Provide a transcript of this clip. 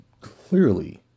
clearly